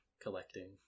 collecting